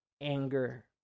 anger